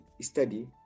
study